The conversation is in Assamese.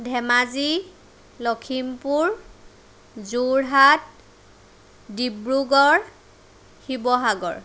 ধেমাজি লক্ষীমপুৰ যোৰহাট ডিব্ৰুগড় শিৱসাগৰ